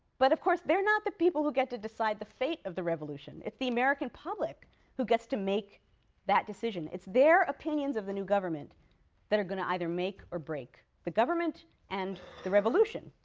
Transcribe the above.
but of course they're not the people who get to decide the fate of the revolution. it's the american public who gets to make that decision. it's their opinions of the new government that are going to either make or break the government and the revolution.